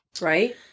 right